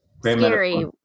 scary